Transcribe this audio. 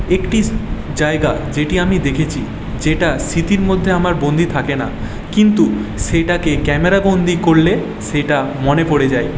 একটি জায়গা যেটি আমি দেখেছি যেটা স্মৃতির মধ্যে আমার বন্দী থাকে না কিন্তু সেটাকে ক্যামেরাবন্দী করলে সেটা মনে পড়ে যায়